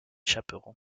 chaperon